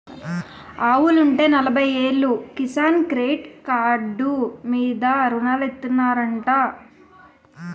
ఆవులుంటే నలబయ్యేలు Kisan credit card మీద రుణాలిత్తనారంటా